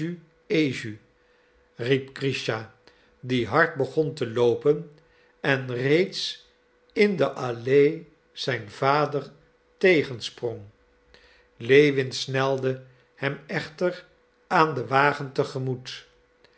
grischa die hard begon te loopen en reeds in de allee zijn vader tegen sprong lewin snelde hem echter aan den wagen